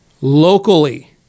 locally